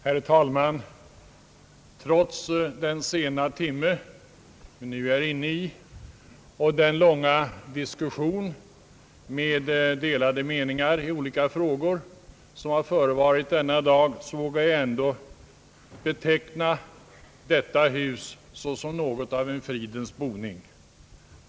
Herr talman! Trots den sena timme som vi nu är inne i och den långa diskussion med delade meningar i olika frågor som har förevarit denna dag vågar jag ändå beteckna detta hus som något av en fridens boning.